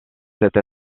cette